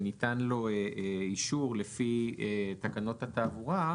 שניתן לו אישור לפי תקנות התעבורה,